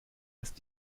ist